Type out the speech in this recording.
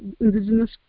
indigenous